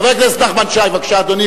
חבר הכנסת נחמן שי, בבקשה, אדוני.